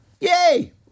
Yay